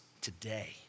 today